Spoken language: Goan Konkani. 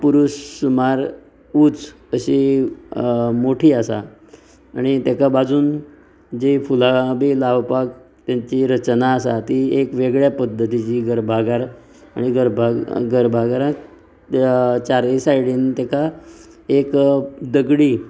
पुरूश सुमार उंच अशी मोठी आसा आनी तेका बाजून जीं फुलां बी लावपाक तेंची रचना आसा ती एक वेगळ्या पद्दतिची गर्भाघर आनी गरभा गर्भाघरांत चारय सायडीन तेका एक दगडी